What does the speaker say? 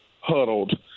huddled